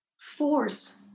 force